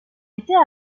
était